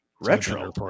Retro